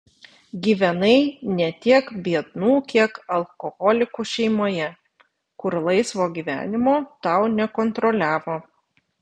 gyvenai ne tiek biednų kiek alkoholikų šeimoje kur laisvo gyvenimo tau nekontroliavo